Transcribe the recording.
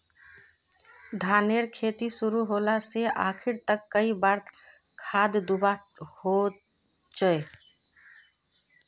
धानेर खेतीत शुरू से आखरी तक कई बार खाद दुबा होचए?